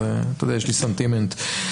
אז יש לי סנטימנט.